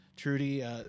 Trudy